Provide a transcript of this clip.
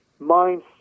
mindset